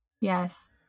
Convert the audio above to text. Yes